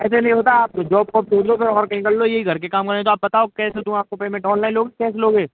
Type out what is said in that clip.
ऐसे नहीं होता आप तो जॉब वॉब ढूंढ लो फिर और कहीं कर लो ये घर के काम करने है तो बताओ कैसे दूँ आपको पेमेंट अनलाइन लोगे कैश लोगे